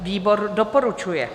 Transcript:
Výbor doporučuje.